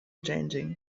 changing